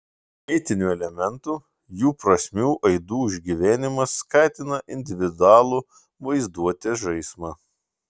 mitinių elementų jų prasmių aidų išgyvenimas skatina individualų vaizduotės žaismą